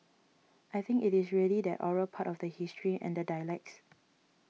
I think it is really that oral part of the history and the dialects